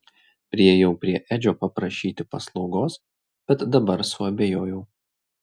priėjau prie edžio paprašyti paslaugos bet dabar suabejojau